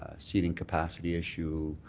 ah seating capacity issue,